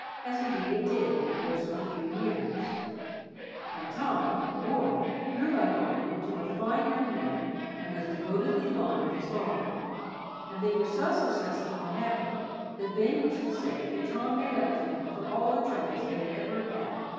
as indeed it did in the course of a few years and tom, the boy, grew up on it into a fine young man and was devotedly fond of his father and they were so successful and happy that ben used to say that tom made up to him for all the troubles he had ever had.